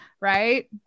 right